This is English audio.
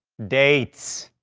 dates.